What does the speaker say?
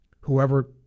whoever